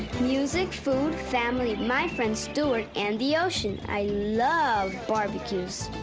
music, food, family, my friend stewart, and the ocean. i love barbecues!